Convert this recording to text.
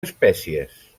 espècies